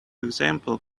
example